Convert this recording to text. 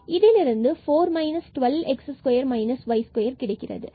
இதிலிருந்து 4 12 x2 y2 கிடைக்கிறது